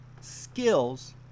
skills